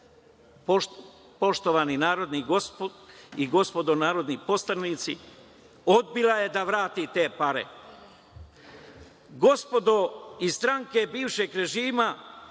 Poštovani narodni poslani i gospodo poslanici, odbila je da vrati te pare. Gospodo iz stranke bivšeg režima,